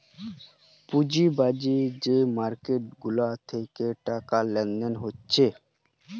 পুঁজিবাদী যে মার্কেট গুলা থিকে টাকা লেনদেন হচ্ছে